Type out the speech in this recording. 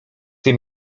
tym